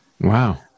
Wow